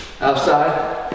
Outside